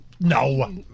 No